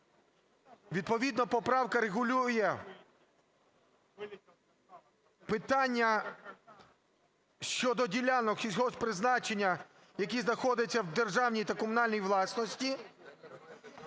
Відповідно поправка регулює питання щодо ділянок сільгосппризначення, які знаходяться в державній та комунальній власності